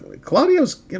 Claudio's